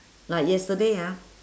like yesterday ah